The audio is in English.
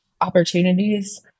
opportunities